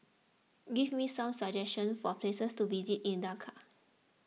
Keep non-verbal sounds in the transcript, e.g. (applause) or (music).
give me some suggestions for places to visit in Dakar (noise)